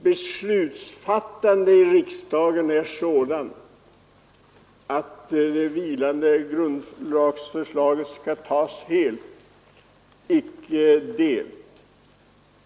Beslutsfattandet i riksdagen är nämligen sådant att det vilande grundlagsförslaget skall tas helt, icke delt.